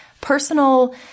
personal